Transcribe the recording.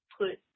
put